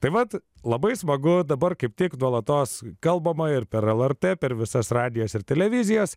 taip pat labai smagu dabar kaip tik nuolatos kalbama ir per lrt per visas radijas ir televizijas